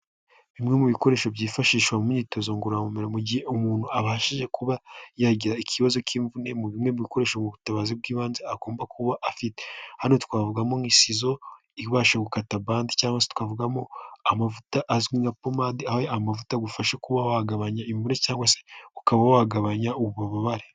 Bimwe mu bikoresho byifashisha mu myitozo ngororamubiri mu gihe umuntu abashije kuba yagira ikibazo cy'imvune mu bimwe mu bikoresho mu butabazi bw'ibanze agomba kuba afite hano twavugamo nk'isizo ibasha gukata bande cyangwa tukavugamo amavuta azwi nka pomadi aho aya amavuta agufasha kuba wagabanya imvune cg se ukaba wagabanya ububabare.